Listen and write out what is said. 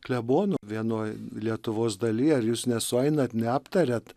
klebono vienoj lietuvos dalyje ar jūs nesueinat neaptariat